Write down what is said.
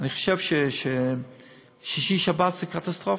אני חושב ששישי-שבת זה קטסטרופה.